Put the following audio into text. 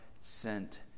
sent